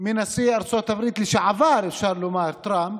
מנשיא ארצות הברית, לשעבר, אפשר לומר, טראמפ,